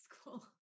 school